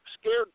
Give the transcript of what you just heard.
scared